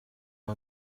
mpa